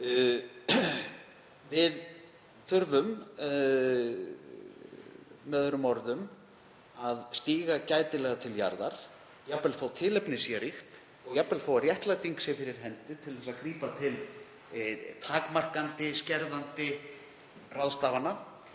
Við þurfum með öðrum orðum að stíga gætilega til jarðar, jafnvel þótt tilefnið sé ríkt. Jafnvel þó að réttlæting sé fyrir hendi til að grípa til takmarkandi, skerðandi ráðstafana